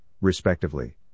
respectively